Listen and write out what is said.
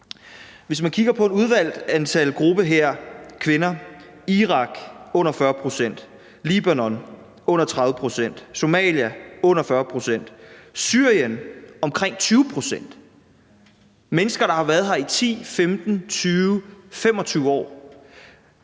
Hvis man kigger på et udvalgt antal grupper af kvinder her, er den for Irak under 40 pct., Libanon under 30 pct., Somalia under 40 pct., og Syrien omkring 20 pct. Det er mennesker, der har været her i 10, 15, 20, 25 år.